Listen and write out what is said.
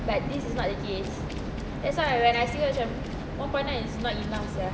but this is not the case that's why when I see her macam one point nine is not enough sia